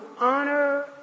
honor